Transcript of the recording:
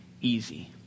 easy